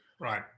Right